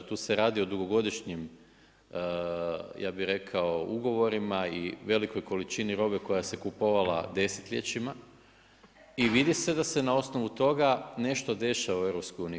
Tu se radi o dugogodišnji ja bih rekao ugovorima i velikoj količini robe koja se kupovala desetljećima i vidi se da se na osnovu toga nešto dešava u EU-u.